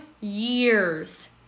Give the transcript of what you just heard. years